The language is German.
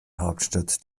hauptstadt